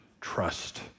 trust